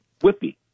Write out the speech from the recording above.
Whippy